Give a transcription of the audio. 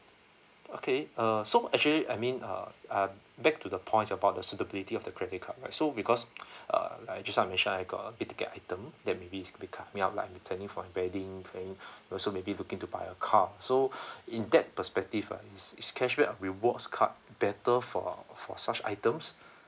okay uh so actually I mean uh back to the point about the suitability of the credit card right so because uh like just now I mentioned I got a big ticket item that maybe is be coming up like we planning for a wedding plan also maybe looking to buy a car so in that perspective ah is is cashback or rewards card better for for such items